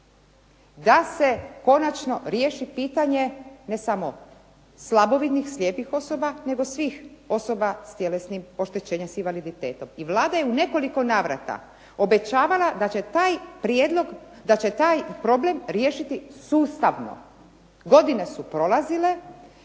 da se konačno riješi pitanje ne samo slabovidnih, slijepih osoba nego svih osoba s tjelesnim oštećenjem, s invaliditetom. I Vlada je u nekoliko navrata obećavala da će taj prijedlog, da će taj problem riješiti sustavno. Godine su prolazile,